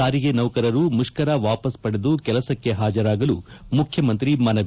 ಸಾರಿಗೆ ನೌಕರರು ಮುಷ್ಕರ ವಾಪಸ್ ಪಡೆದು ಕೆಲಸಕ್ಕೆ ಪಾಜರಾಗಲು ಮುಖ್ಕಮಂತ್ರಿ ಮನವಿ